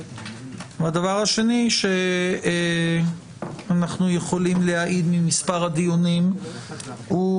הדבר השני שאנחנו יכולים להעיד ממספר הדיונים הוא